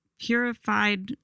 purified